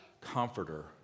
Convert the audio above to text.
comforter